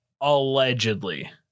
Allegedly